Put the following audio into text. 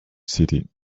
city